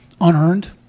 Unearned